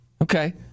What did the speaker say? Okay